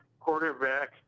quarterback